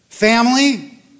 Family